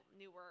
newer